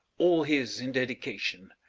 all his in dedication